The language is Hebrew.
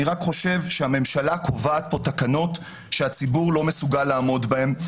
אני חושב שהממשלה קובעת פה תקנות שהציבור לא מסוגל לעמוד בהן.